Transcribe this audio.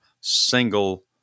single